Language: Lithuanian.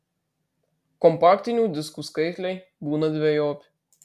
kompaktinių diskų skaitliai būna dvejopi